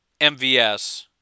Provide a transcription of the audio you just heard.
MVS